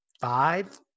five